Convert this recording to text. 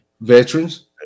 veterans